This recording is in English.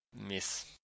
miss